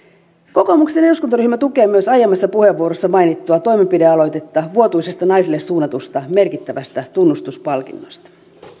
kokoomuksen eduskuntaryhmä tukee myös aiemmassa puheenvuorossa mainittua toimenpidealoitetta vuotuisesta naisille suunnatusta merkittävästä tunnustuspalkinnosta